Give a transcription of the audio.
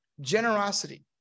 Generosity